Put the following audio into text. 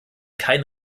keinen